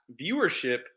viewership